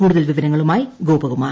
കൂടുതൽ വിവരങ്ങളുമായി ശ്രോപ്പകുമാർ